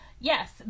Yes